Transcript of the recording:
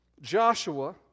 Joshua